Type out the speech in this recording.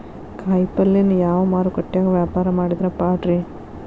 ಕಾಯಿಪಲ್ಯನ ಯಾವ ಮಾರುಕಟ್ಯಾಗ ವ್ಯಾಪಾರ ಮಾಡಿದ್ರ ಪಾಡ್ರೇ?